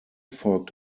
folgt